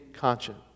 conscience